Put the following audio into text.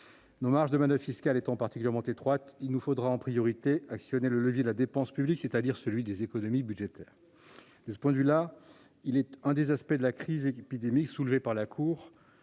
Nos marges de manoeuvre fiscales étant particulièrement étroites, il nous faudra en priorité actionner le levier de la dépense publique, c'est-à-dire celui des économies budgétaires. À cet égard, l'un des aspects de la crise épidémique qui a été souligné par la Cour